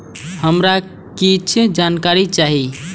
हमरा कीछ जानकारी चाही